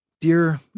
Dear